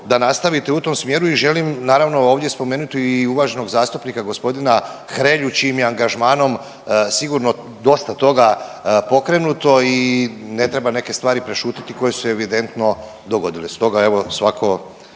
da nastavite u tom smjeru i želim naravno ovdje spomenuti i uvaženog zastupnika g. Hrelju čijim je angažmanom sigurno dosta toga pokrenuto i ne treba neke stvari prešutiti koje su se evidentno dogodile. Stoga evo svako,